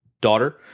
daughter